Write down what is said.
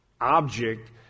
object